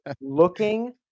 looking